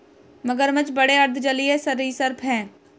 मगरमच्छ बड़े अर्ध जलीय सरीसृप हैं